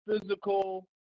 physical